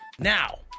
Now